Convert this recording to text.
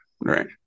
right